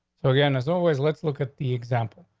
so again as always, let's look at the example.